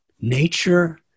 nature